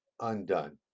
undone